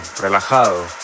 relajado